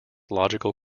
logical